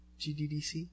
GDDC